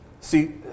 See